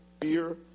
fear